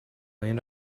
این